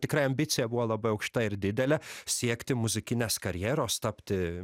tikra ambicija buvo labai aukšta ir didelė siekti muzikinės karjeros tapti